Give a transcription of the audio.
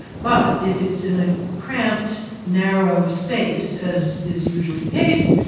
but if it's in a cramped, narrow space, as is usually the case,